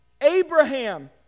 Abraham